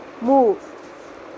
move